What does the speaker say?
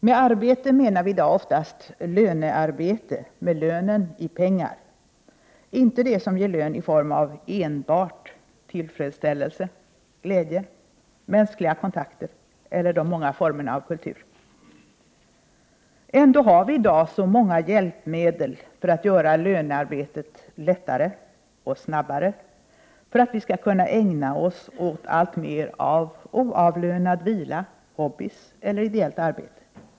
Med arbete menar vi i dag oftast lönearbete med lönen i pengar, inte det som ger lön i form av ”enbart” tillfredsställelse, glädje, mänskliga kontakter eller de många formerna av kultur. Ändå har vi i dag så många hjälpmedel för att göra lönearbetet lättare och snabbare för att vi skall kunna ägna oss åt alltmer av oavlönad vila, hobbyer eller ideellt arbete.